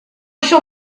shall